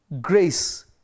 grace